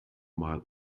mal